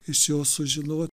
iš jo sužino